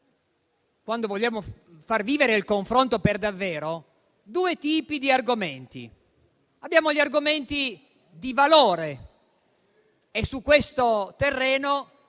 Quando vogliamo far vivere il confronto per davvero, abbiamo due tipi di argomenti. Abbiamo gli argomenti di valore, e su questo terreno,